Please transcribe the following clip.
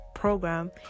program